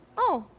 oh,